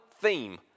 theme